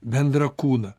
bendrą kūną